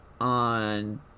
on